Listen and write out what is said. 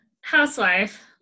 housewife